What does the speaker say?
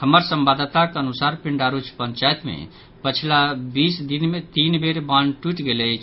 हमर संवाददाताक अनुसार पिंडारूच पंचायत में पछिला बीस दिन मे तीन बेर बान्ह टूटि गेल अछि